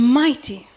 mighty